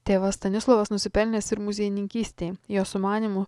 tėvas stanislovas nusipelnęs ir muziejininkystei jo sumanymu